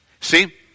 See